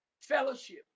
fellowship